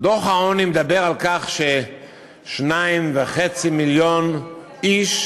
דוח העוני מדבר על כך ש-2.5 מיליון איש,